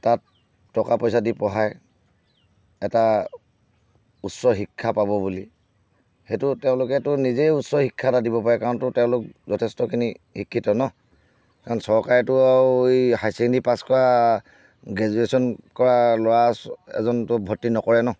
তাত টকা পইচা দি পঢ়ায় এটা উচ্চ শিক্ষা পাব বুলি সেইটো তেওঁলোকেতো নিজেও উচ্চ শিক্ষা এটা দিব পাৰে কাৰণতো তেওঁলোক যথেষ্টখিনি শিক্ষিত ন কাৰণ চৰকাৰেতো আৰু এই হাই ছেকেণ্ডেৰী পাছ কৰা গ্ৰেজুৱেশ্যন কৰা ল'ৰা এজনটো ভৰ্তি নকৰে ন